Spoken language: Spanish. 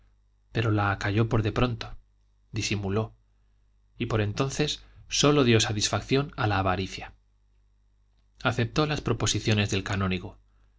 pero las acalló por de pronto disimuló y por entonces sólo dio satisfacción a la avaricia aceptó las proposiciones del canónigo